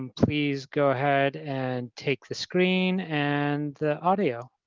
please go ahead and take the screen and the audio.